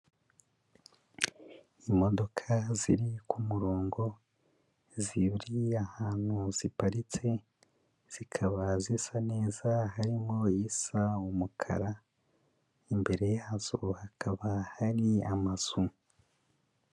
Imodoka ziri ku murongo, zihuriye ahantu ziparitse, zikaba zisa neza, harimo isa umukara, imbere yazo, hakaba hari amazu.